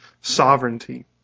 sovereignty